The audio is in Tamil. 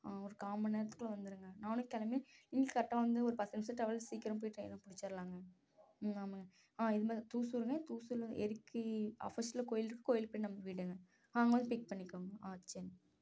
ஆ ஒரு கால் மணிநேரத்துக்குள்ள வந்துடுங்க நானும் கிளம்பி இங்கே கரெக்டாக வந்து ஒரு பத்து நிமிடம் ட்ராவல் சீக்கிரம் போய் ட்ரெயினை பிடிச்சிரலாங்க ம் ஆமாங்க ஆ இது மாதிரி தூசூருங்க தூசூர்லேருந்து ஏரிக்கு ஆஃபோசிட்ல கோயில் இருக்குது கோயிலுக்கு பின்னே நம்ம வீடுங்கள் ஆ அங்கே வந்து பிக் பண்ணிக்கோங்க ஆ சரி